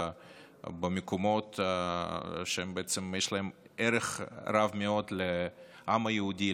במקומות שיש להם ערך רב מאוד לעם היהודי,